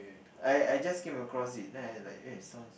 I I just came across it then I like eh sounds